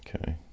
okay